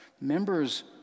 Members